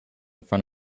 front